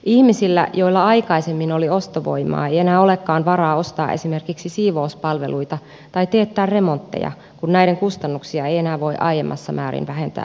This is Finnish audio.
ihmisillä joilla aikaisemmin oli ostovoimaa ei enää olekaan varaa ostaa esimerkiksi siivouspalveluita tai teettää remontteja kun näiden kustannuksia ei enää voi aiemmassa määrin vähentää verotuksessa